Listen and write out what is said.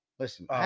Listen